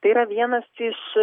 tai yra vienas iš